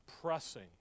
pressing